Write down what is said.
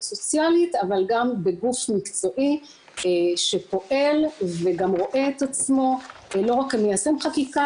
סוציאלית אבל גם בגוף מקצועי שפועל וגם רואה את עצמו לא רק כמיישם חקיקה